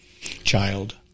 child